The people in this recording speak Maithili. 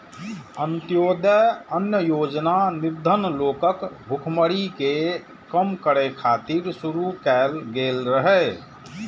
अंत्योदय अन्न योजना निर्धन लोकक भुखमरी कें कम करै खातिर शुरू कैल गेल रहै